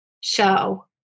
show